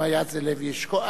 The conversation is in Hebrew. אם היה זה לוי אשכול,